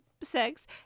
sex